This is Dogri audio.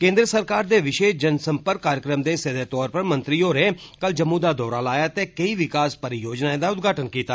केन्द्र सरकार दे विशेष जनसंपर्क कार्यक्रम दे हिस्सें दे तौर पर मंत्री होरें कल जम्मू दा दौरा लायां ते केई विकास परियोजनाएं दा उदघाटन कीता